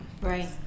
Right